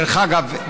דרך אגב,